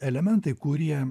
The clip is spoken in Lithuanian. elementai kurie